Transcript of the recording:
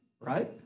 right